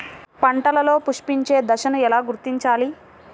పంటలలో పుష్పించే దశను ఎలా గుర్తించాలి?